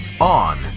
On